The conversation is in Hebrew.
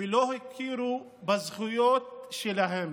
ולא הכירו בזכויות שלהם.